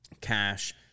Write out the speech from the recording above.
cash